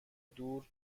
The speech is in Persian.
دور